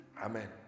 amen